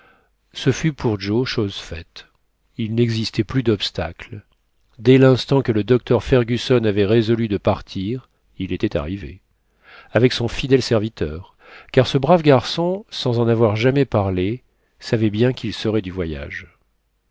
ce fut pour joe chose faite il n'existait plus d'obstacles dès l'instant que le docteur fergusson avait résolu de partir il était arrivé avec son fidèle serviteur car ce brave garçon sans en avoir jamais parlé savait bien qu'il serait du voyage